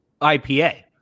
IPA